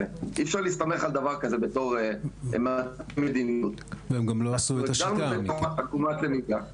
הם גם לא ניתחו לפי השיטה.